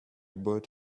bought